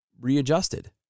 readjusted